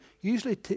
Usually